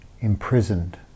imprisoned